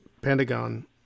Pentagon